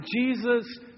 Jesus